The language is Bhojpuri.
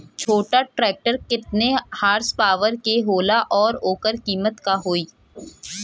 छोटा ट्रेक्टर केतने हॉर्सपावर के होला और ओकर कीमत का होई?